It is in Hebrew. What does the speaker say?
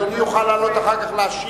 אדוני יוכל אחר כך לעלות להשיב,